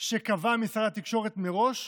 שקבע משרד התקשורת מראש,